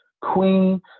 queen